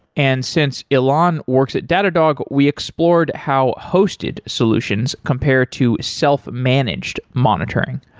and since ilan works at datadog, we explored how hosted solutions compared to self-managed monitoring.